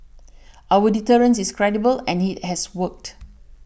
our deterrence is credible and it has worked